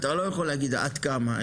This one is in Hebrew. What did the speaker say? אתה לא יכול להגיד עד כמה.